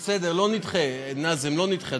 בסדר, לא נדחה, נאזם, לא נדחה.